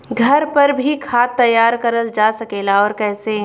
घर पर भी खाद तैयार करल जा सकेला और कैसे?